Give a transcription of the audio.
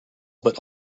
but